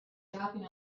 dropping